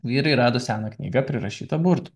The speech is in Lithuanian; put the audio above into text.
vyrai rado seną knygą prirašytą burtų